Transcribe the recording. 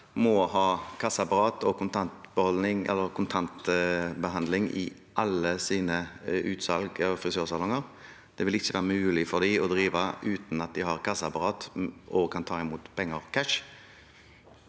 må har kassaapparat og kontantbehandling i alle sine utsalg og frisørsalonger? Det vil ikke være mulig for dem å drive uten at de har kassaapparat og kan ta imot penger cash?